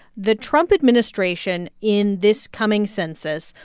the trump administration, in this coming census,